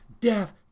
Death